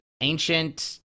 ancient